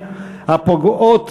הפוגעות